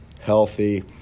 healthy